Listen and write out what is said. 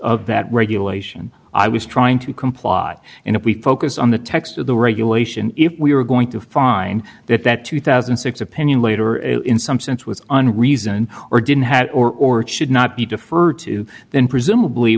the that regulation i was trying to comply and if we focus on the text of the regulation if we were going to find that that two thousand and six opinion later in some sense was an reason or didn't had or should not be deferred to then presumably